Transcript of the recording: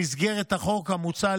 במסגרת החוק המוצע,